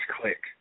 click